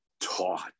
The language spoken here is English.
taught